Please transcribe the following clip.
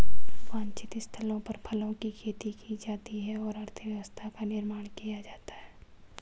वांछित स्थलों पर फलों की खेती की जाती है और अर्थव्यवस्था का निर्माण किया जाता है